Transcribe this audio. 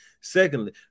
Secondly